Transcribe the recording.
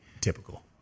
typical